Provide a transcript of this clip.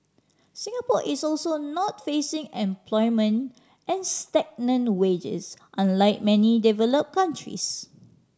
Singapore is also not facing unemployment and stagnant wages unlike many developed countries